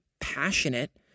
passionate